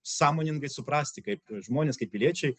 sąmoningai suprasti kaip žmonės kaip piliečiai